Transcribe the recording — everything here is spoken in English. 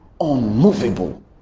unmovable